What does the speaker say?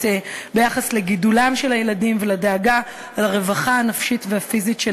ביחס לגידולם של הילדים שלהם ולדאגה לרווחתם הנפשית והפיזית.